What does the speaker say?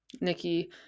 Nikki